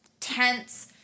Tense